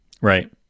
Right